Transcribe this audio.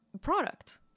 product